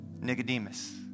Nicodemus